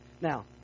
Now